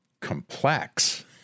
complex